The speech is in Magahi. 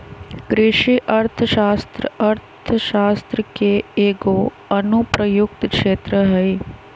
कृषि अर्थशास्त्र अर्थशास्त्र के एगो अनुप्रयुक्त क्षेत्र हइ